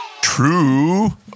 True